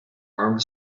armed